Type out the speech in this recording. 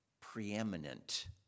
preeminent